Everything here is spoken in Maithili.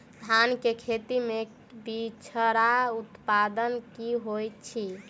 धान केँ खेती मे बिचरा उत्पादन की होइत छी?